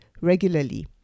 regularly